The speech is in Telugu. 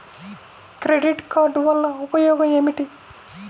క్రెడిట్ కార్డ్ వల్ల ఉపయోగం ఏమిటీ?